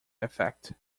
effect